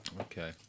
Okay